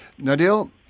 Nadil